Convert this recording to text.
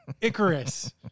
Icarus